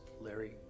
Larry